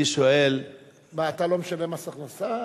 אני שואל, מה, אתה לא משלם מס הכנסה?